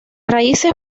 raíces